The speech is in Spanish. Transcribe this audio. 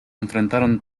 enfrentaron